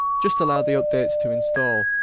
just allow the updates to install.